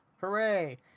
Hooray